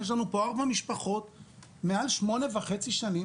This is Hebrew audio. יש פה ארבע משפחות שמעל שמונה שנים